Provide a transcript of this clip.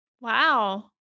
Wow